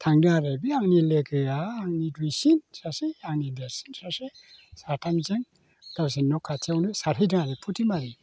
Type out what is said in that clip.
थांदों आरो बे आंनि लोगोआ आंनि दुइसिन सासे आंनि देरसिन सासे साथामजों गावसिनि न' खाथियावनो सारहैदों आरो फुथिमारि